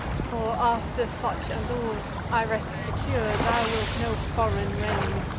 for, after such a lord, i rest secure, thou wilt no foreign reins,